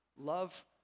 Love